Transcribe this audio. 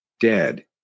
dead